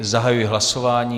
Zahajuji hlasování.